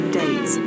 days